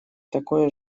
такое